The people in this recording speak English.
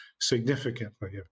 significantly